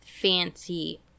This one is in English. Fancy